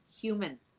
human